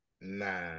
Nah